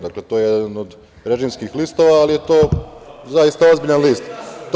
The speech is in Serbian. Dakle, to je jedan od režimskih listova, ali je to zaista ozbiljan list.